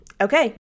okay